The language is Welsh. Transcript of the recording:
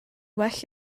well